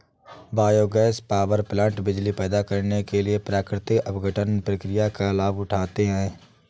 biogas power plant बिजली पैदा करने के लिए प्राकृतिक अपघटन प्रक्रिया का लाभ उठाते हैं